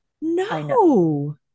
No